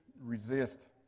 resist